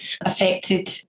affected